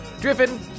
driven